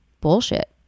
bullshit